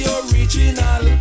original